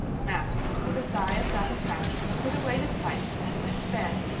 matthew, with a sigh of satisfaction, put away his pipe and went to bed,